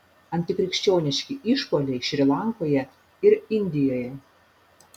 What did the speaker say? antikrikščioniški išpuoliai šri lankoje ir indijoje